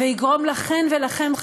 שיגרום לכן ולכם,